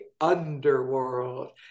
underworld